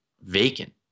vacant